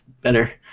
better